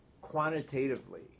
quantitatively